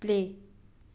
play